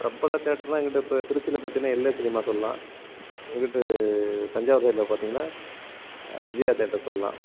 பிரபல தேட்டர்லாம் இங்குட்டு இப்போ திருச்சியில் பாத்தோனா எல் ஏ சினிமா சொல்லாம் இங்குட்டு தஞ்சாவூர் சைடில் பார்த்திங்கனா விஜயா தேட்டர் சொல்லலாம்